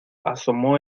asomó